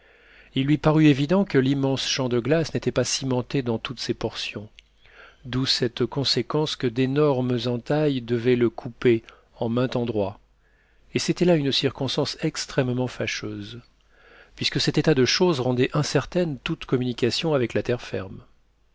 il lui parut évident que l'immense champ de glace n'était pas cimenté dans toutes ses portions d'où cette conséquence que d'énormes entailles devaient le couper en maint endroit et c'était là une circonstance extrêmement fâcheuse puisque cet état de choses rendait incertaine toute communication avec la terre ferme